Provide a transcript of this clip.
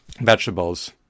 vegetables